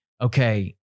okay